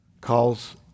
calls